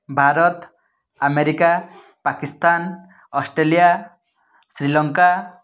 Bharat America Pakistan Australia Sri Lanka